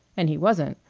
and he wasn't.